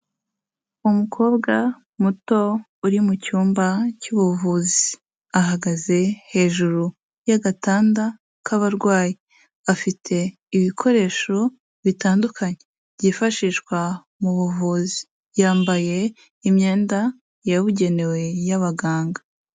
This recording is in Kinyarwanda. Umukobwa muto uri mu cyumba cy'ubuvuzi, ahagaze hejuru y'agatanda k'abarwayi, afite ibikoresho bitandukanye byifashishwa mu buvuzi, yambaye imyenda yabugenewe y'abaganga.